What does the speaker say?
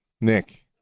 Nick